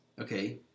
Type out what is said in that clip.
Okay